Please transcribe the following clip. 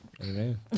Amen